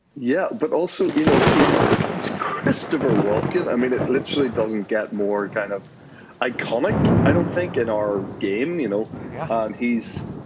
yeah. but also, you know, he's he's christopher walken. i mean, it literally doesn't get more kind of iconic, i don't think, in our game. you know yeah. um he's,